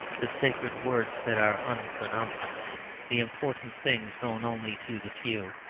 the sacred words that are unpronounceable the important things known only to the few.